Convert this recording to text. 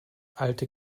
alte